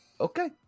Okay